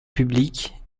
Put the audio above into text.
public